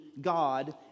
God